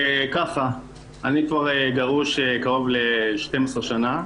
אני גרוש כבר קרוב ל-12 שנים.